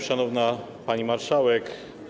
Szanowna Pani Marszałek!